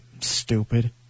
stupid